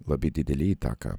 labai didelė įtaka